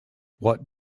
what